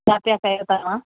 छा पिया कयो तव्हां